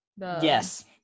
Yes